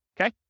okay